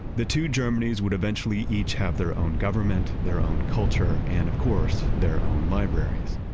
the two germanies would eventually each have their own government, their own culture, and, of course, their own libraries,